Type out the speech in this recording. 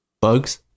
bugs